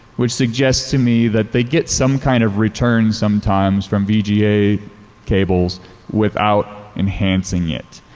which suggests to me that they get some kind of return sometimes from vga cables without enhancing it.